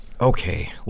Okay